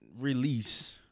release